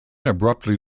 abruptly